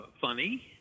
funny